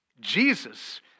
Jesus